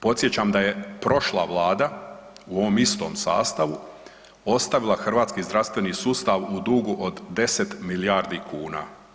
Podsjećam da je prošla vlada u ovom istom sastavu ostavila hrvatski zdravstveni sustav u dugu od 10 milijardi kuna.